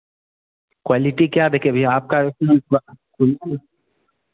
quality क्या देखें भैया आपका बिल्कुल